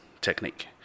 technique